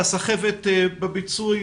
הסחבת בביצועים,